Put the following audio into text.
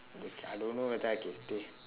but I don't know whether I can stay